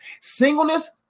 Singleness